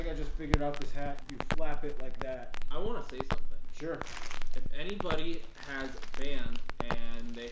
yeah just figured out this hat you flap it like that. i want to say something sure if anybody has a fan and